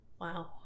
wow